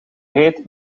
reed